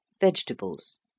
vegetables